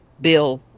Bill